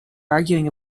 arguing